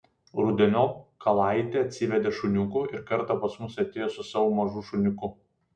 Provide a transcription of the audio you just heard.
rudeniop kalaitė atsivedė šuniukų ir kartą pas mus atėjo su savo mažu šuniuku